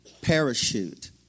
Parachute